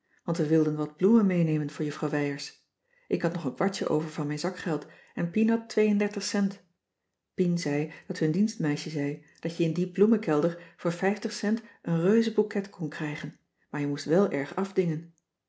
want we wilden wat bloemen meenemen voor juffrouw wijers ik had nog een kwartje over van mijn zakgeld en pien had twee en dertig cent pien zei dat hun dienstmeisje zei dat je in dien bloemenkelder voor vijftig cent een reuzebouquet kon krijgen maar je moest wel erg afdingen